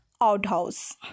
outhouse